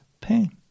pain